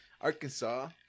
Arkansas